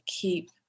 keep